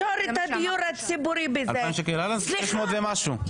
600 ומשהו שקלים.